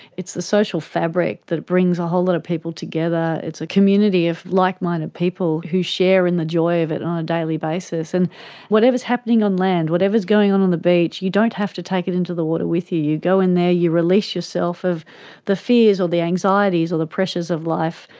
it's the social fabric that brings a whole lot of people together. it's a community of like-minded people who share in the joy of it on a daily basis. and whatever is happening on land, whatever is going on on the beach, you don't have to take it into the water with you. you go in there, you release yourself of the fears or the anxieties or the pressures of life,